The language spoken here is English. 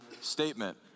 statement